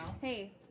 Hey